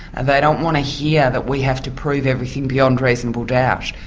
and they don't want to hear that we have to prove everything beyond reasonable doubt,